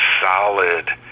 solid